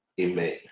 Amen